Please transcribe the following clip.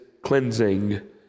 cleansing